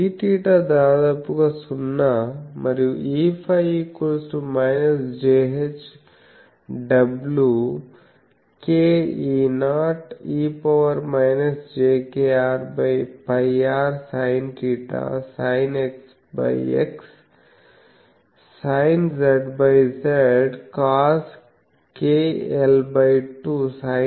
Eθ దాదాపుగా సున్నా మరియు Eφ jhwkE0 e jkrπrsinθ sinXXsinZZcoskl2sinθ sinφ